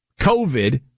COVID